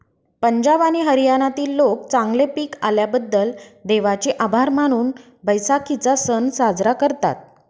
पंजाब आणि हरियाणातील लोक चांगले पीक आल्याबद्दल देवाचे आभार मानून बैसाखीचा सण साजरा करतात